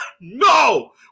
No